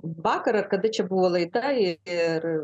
vakar ar kada čia buvo laida ir